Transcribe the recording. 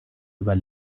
über